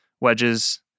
wedges